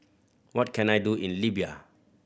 what can I do in Libya